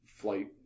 flight